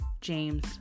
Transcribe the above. James